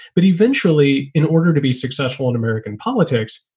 but eventually, in order to be successful in american politics,